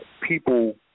people